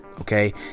okay